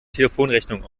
telefonrechnung